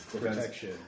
protection